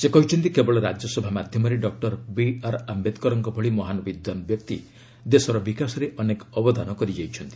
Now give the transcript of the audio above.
ସେ କହିଛନ୍ତି କେବଳ ରାଜ୍ୟସଭା ମାଧ୍ୟମରେ ଡକ୍ଟର ବିଆର୍ ଆୟେଦକରଙ୍କ ଭଳି ମହାନ୍ ବିଦ୍ୱାନ୍ ବ୍ୟକ୍ତି ଦେଶର ବିକାଶରେ ଅନେକ ଅବଦାନ କରିଯାଇଛନ୍ତି